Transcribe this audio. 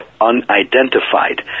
unidentified